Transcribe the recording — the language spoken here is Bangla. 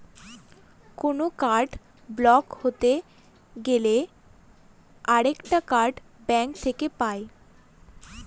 কোনো কার্ড ব্লক হতে গেলে আরেকটা কার্ড ব্যাঙ্ক থেকে পাই